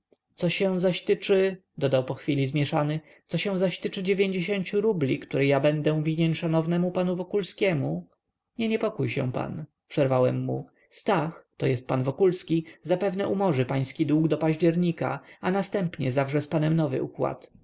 co się zaś tyczy dodał po chwili nieco zmieszany co się zaś tyczy dziewięćdziesięciu rubli które ja będę winien szanownemu panu wokulskiemu nie niepokój się pan przerwałem mu stach to jest pan wokulski zapewne umorzy pański dług do października a następnie zawrze z panem nowy układ